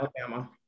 Alabama